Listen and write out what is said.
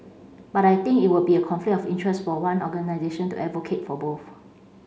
but I think it would be a conflict of interest for one organisation to advocate for both